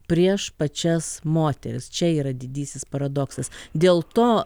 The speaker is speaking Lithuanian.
prieš pačias moteris čia yra didysis paradoksas dėl to